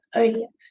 earlier